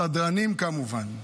לסדרנים, כמובן,